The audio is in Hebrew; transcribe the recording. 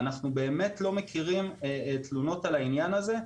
אנחנו באמת לא מכירים תלונות על העניין הזה.